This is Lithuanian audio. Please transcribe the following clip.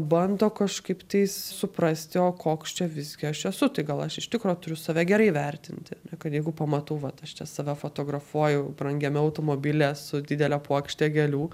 bando kažkaip tais suprasti o koks čia visgi aš esu tai gal aš iš tikro turiu save gerai įvertinti ir kad jeigu pamatau vat aš čia save fotografuoju brangiame automobilyje su didele puokšte gėlių